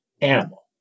animal